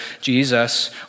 Jesus